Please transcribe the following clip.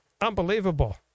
unbelievable